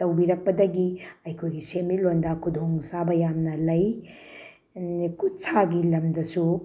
ꯇꯧꯕꯤꯔꯛꯄꯗꯒꯤ ꯑꯩꯈꯣꯏꯒꯤ ꯁꯦꯟꯃꯤꯠꯂꯣꯟꯗ ꯈꯨꯗꯣꯡꯆꯥꯕ ꯌꯥꯝꯅ ꯂꯩ ꯈꯨꯠꯁꯥꯒꯤ ꯂꯝꯗꯁꯨ